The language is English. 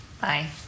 Bye